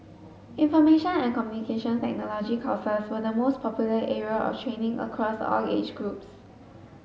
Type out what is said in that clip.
information and Communications Technology courses were the most popular area of training across all age groups